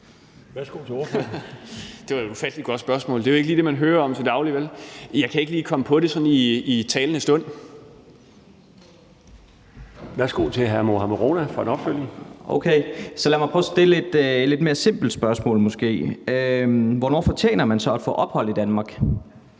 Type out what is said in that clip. Hvornår fortjener man så at få opholdstilladelse